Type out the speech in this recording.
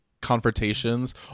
confrontations